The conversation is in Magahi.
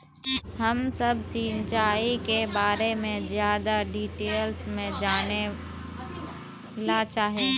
हम सब सिंचाई के बारे में ज्यादा डिटेल्स में जाने ला चाहे?